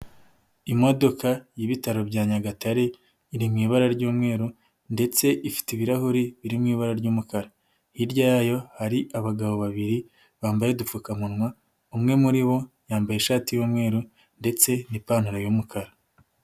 Imodoka y'ibitaro bya Nyagatare iri mu ibara ry'umweru ndetse ifite ibirahuri biri mu ibara ry'umukara. Hirya yayo hari abagabo babiri bambaye udupfukamunwa, umwe muri bo yambaye ishati y'umweru ndetse n'ipantaro y'umukara.